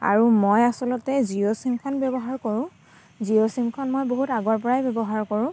আৰু মই আচলতে জিঅ' চিমখন ব্যৱহাৰ কৰোঁ জিঅ' চিমখন মই বহুত আগৰ পৰাই ব্যৱহাৰ কৰোঁ